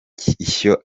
ishyo